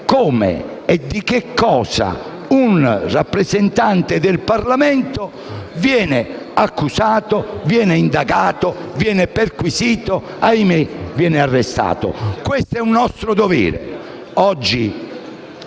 come e per cosa un rappresentante del Parlamento viene accusato, indagato, perquisito, o ahimè arrestato. Questo è un nostro dovere.